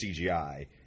CGI –